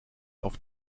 auf